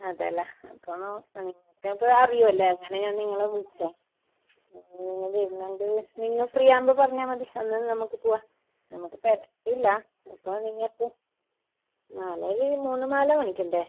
അതെ അല്ലേ അപ്പോൾ ആ നിങ്ങക്കമ്പോ അറിയും അല്ലേ അങ്ങനെ ഞാൻ നിങ്ങളെ വിളിച്ചത് ആ വരുന്നുണ്ട് നിങ്ങൾ ഫ്രീ ആവുമ്പോൾ പറഞ്ഞാൽ മതി എന്നാൽ നമ്മൾക്ക് പോവാം നമ്മൾക്ക് തിരക്ക് ഇല്ല അപ്പോൾ നിങ്ങൾക്ക് മാലയിൽ മൂന്ന് മാല മേടിക്കണ്ടേ